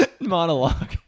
monologue